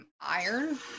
Iron